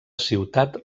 ciutat